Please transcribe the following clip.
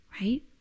right